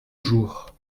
jours